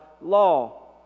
law